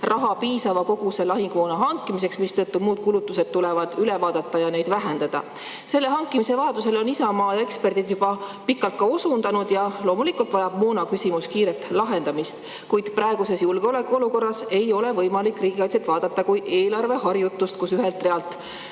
raha piisava koguse lahingumoona hankimiseks, mistõttu tuleb muud kulutused üle vaadata ja neid vähendada. [Lahingumoona] hankimise vajadusele on Isamaa ja eksperdid juba pikalt osutanud ja loomulikult vajab moona-küsimus kiiret lahendamist, kuid praeguses julgeolekuolukorras ei ole võimalik riigikaitset vaadata kui eelarveharjutust, kus ühelt realt